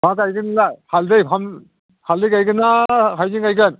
मा गायगोन नोंलाय हालदै फामलु हालदै गायगोनना हायजें गायगोन